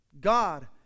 god